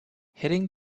hitting